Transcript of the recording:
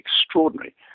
extraordinary